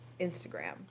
Instagram